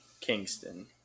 Kingston